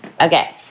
Okay